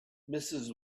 mrs